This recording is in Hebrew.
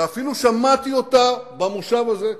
ואפילו שמעתי אותה במושב הזה,